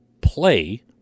play